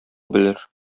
белер